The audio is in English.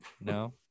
No